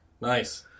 Nice